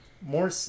more